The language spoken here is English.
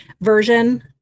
version